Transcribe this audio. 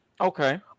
Okay